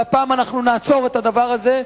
והפעם אנחנו נעצור את הדבר הזה.